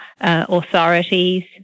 authorities